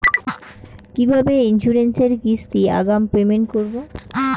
কিভাবে ইন্সুরেন্স এর কিস্তি আগাম পেমেন্ট করবো?